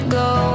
go